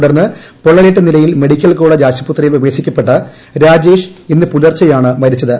തുടർന്ന് പ്പൊള്ളലേറ്റ നിലയിൽ മെഡിക്കൽ കോളെജ് ആശുപത്രിയിൽ പ്ര്യവ്വേശിപ്പിക്കപ്പെട്ട രാജേഷ് ഇന്ന് പുലർച്ചെയാണ് മരിച്ചത്